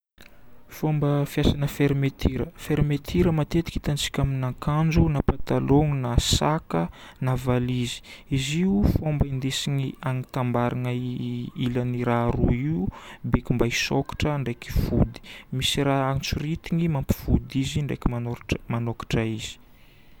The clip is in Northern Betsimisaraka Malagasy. Fomba fiasana fermeture. Fermeture matetiky hitantsika amin'akanjo na pataloha na sac, na valizy. Izy io fomba indesiny anatambarana ilan'ny raha roa io, beko mba hisôkatra ndraiky hifody. Misy raha soritany mampifody izy ndraiky manokatra iizy.